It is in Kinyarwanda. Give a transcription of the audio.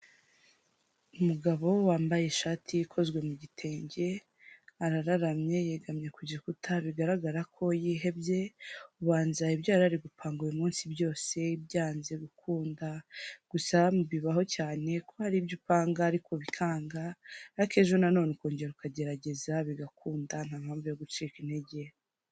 Umugabo wambaye ishati ikozwe mu gitenge, arararamye yegamye ku gikuta bigaragara ko yihebye, ubanza byara ari gupanga uyu munsi byose byanze gukunda, gusa bibaho cyane ko hari ibyo upanga ariko bikanga ariko ejo nanone ukongera ukagerageza bigakunda nta mpamvu yo gucika intege.